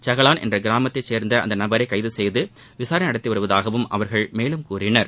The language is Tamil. சகலான் என்ற கிராமத்தில் அந்த நபரைக் கைது செய்து விசாரணை நடத்தி வருவதாகவும் அவர்கள் மேலும் கூறினர்